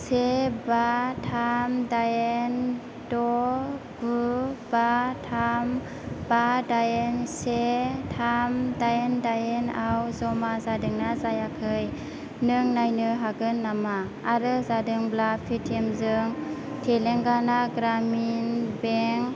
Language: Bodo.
से बा थाम दाइन द' गु बा थाम बा दाइन से थाम दाइन दाइन आव जमा जादोंना जायाखै नों नायनो हागोन नामा आरो जादोंब्ला पेटिएम जों टेलेंगाना ग्रामिन बेंक